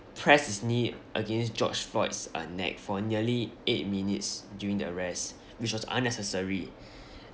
press his knee against george floyd's uh neck for nearly eight minutes during the arrest which was unnecessary